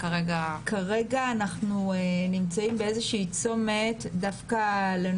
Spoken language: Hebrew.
כרגע אנחנו נמצאים באיזשהו צומת, דווקא עם